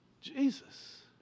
Jesus